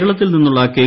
കേരളത്തിൽ നിന്നുള്ള കെ